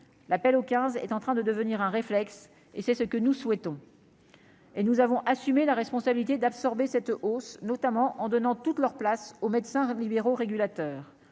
l'appel au quinze est en train de devenir un réflexe et c'est ce que nous souhaitons. Et nous avons assumé la responsabilité d'absorber cette hausse, notamment en donnant toute leur place aux médecins rêves libéraux régulateurs,